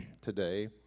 today